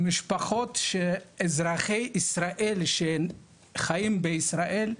למשפחות של אזרחי ישראל, שחיים בישראל,